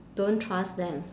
don't trust them